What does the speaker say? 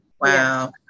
Wow